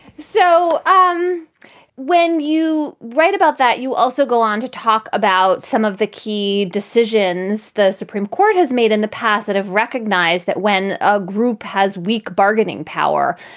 so um when you write about that, you also go on to talk about some of the key decisions the supreme court has made in the past that have recognized that when a group has weak bargaining power,